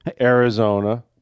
Arizona